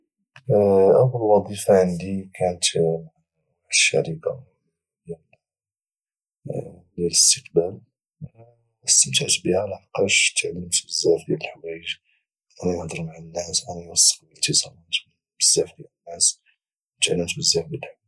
اول وظيفه عندي كانت مع واحد الشركه يعني ديال الاستقبال استمتعت بها لحقاش تعلمت بزاف ديال الحوايج انني نهضر مع الناس وانا اللي نستقبل اتصالات من بزاف ديال الناس كلمت بزاف ديال الحوايج